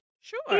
sure